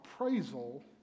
appraisal